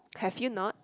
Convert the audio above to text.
have you not